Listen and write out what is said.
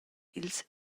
ils